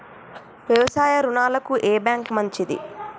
వ్యవసాయ రుణాలకు ఏ బ్యాంక్ మంచిది?